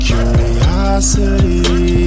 Curiosity